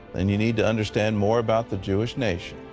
then you need to understand more about the jewish nation.